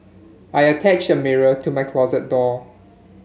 I attached a mirror to my closet door